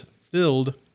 filled